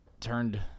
turned